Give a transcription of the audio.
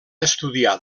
estudiar